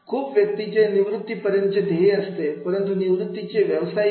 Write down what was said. खूप व्यक्तींचे निवृत्ती पर्यंतचे ध्येय असते तुमच्या निवृत्ती चे व्यवसायिक ध्येय